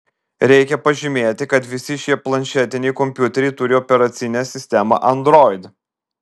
reikia pažymėti kad visi šie planšetiniai kompiuteriai turi operacinę sistemą android